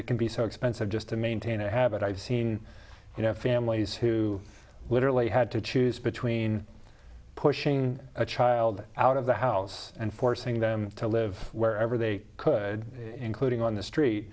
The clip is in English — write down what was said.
it can be so expensive just to maintain a habit i've seen you know families who literally had to choose between pushing a child out of the house and forcing them to live wherever they could including on the street